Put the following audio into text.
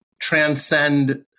transcend